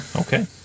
okay